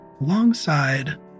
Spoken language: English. alongside